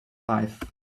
life